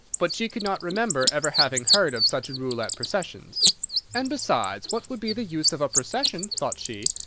but she could not remember ever having heard of such a rule at processions and besides, what would be the use of a procession, thought she,